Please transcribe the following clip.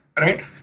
right